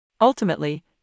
Ultimately